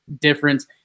difference